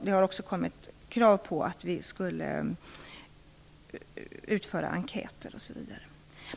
Det har också kommit krav på att vi skall utföra enkäter.